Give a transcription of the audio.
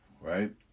right